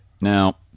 Now